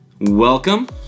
Welcome